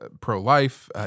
pro-life